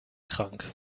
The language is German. krank